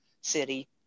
city